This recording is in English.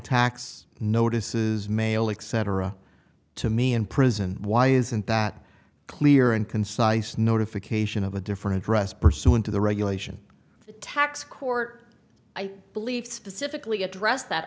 tax notices mail like cetera to me in prison why isn't that clear and concise notification of a different dress pursuant to the regulation tax court i believe specifically addressed that